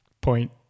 point